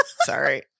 Sorry